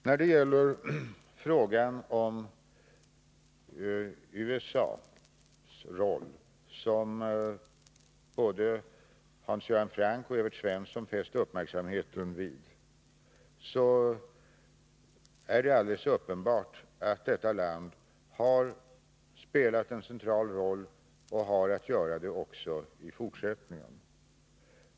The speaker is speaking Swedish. När det gäller frågan om USA:s roll, som både Hans Göran Franck och Evert Svensson har fäst uppmärksamheten på, är det alldeles uppenbart att detta land har spelat en central roll och också kommer att göra det i fortsättningen.